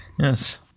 Yes